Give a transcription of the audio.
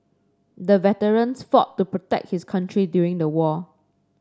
the veteran fought to protect his country during the war